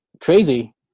crazy